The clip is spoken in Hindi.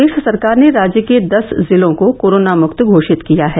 प्रदेश सरकार ने राज्य के दस जिलों को कोरोना मुक्त घोषित किया है